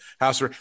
house